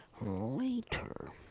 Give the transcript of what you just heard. later